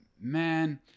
man